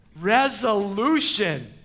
Resolution